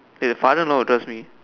eh the father in law will trust me